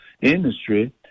industry